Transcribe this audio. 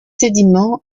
sédiments